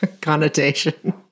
connotation